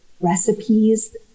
recipes